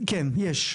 יש.